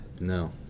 No